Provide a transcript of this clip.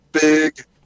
big